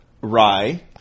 Rye